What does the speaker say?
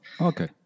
Okay